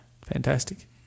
Fantastic